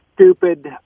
stupid